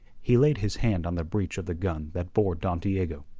he laid his hand on the breech of the gun that bore don diego.